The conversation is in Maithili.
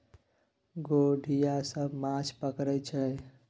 गोढ़िया सब माछ पकरई छै